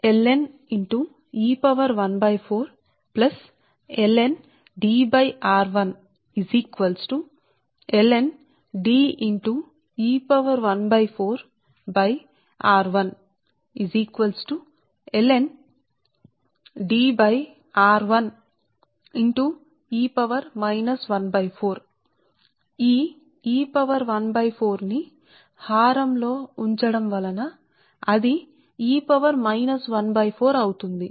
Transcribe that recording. ఇది అలాంటి దే ఇది బ్రాకెట్ లో పదం ఇది ln e to the power 1 4 plus ln Dr1 ln D e to the power 14 by r1 r1 ln D e to the power e to the power హారం లో ఉన్నందున అది అది r1 e to the power minus 14 అవుతుంది